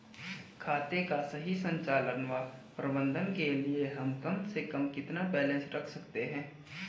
खाते का सही संचालन व प्रबंधन के लिए हम कम से कम कितना बैलेंस रख सकते हैं?